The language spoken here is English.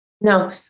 No